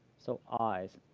so eyes.